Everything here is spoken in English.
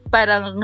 Parang